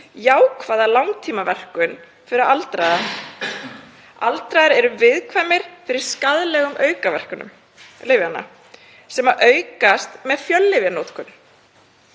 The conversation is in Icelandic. jákvæða langtímaverkun fyrir aldraða. Aldraðir eru viðkvæmir fyrir skaðlegum aukaverkunum lyfjanna sem aukast með fjöllyfjanotkun.